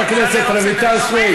חברת הכנסת רויטל סויד.